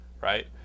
right